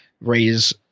raise